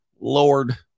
Lord